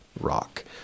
rock